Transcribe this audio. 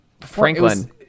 Franklin